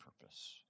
purpose